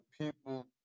people